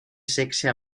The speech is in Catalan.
sexe